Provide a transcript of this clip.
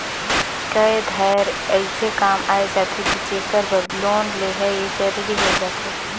कए धाएर अइसे काम आए जाथे कि जेकर बर लोन लेहई जरूरी होए जाथे